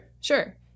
sure